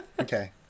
Okay